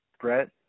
Brett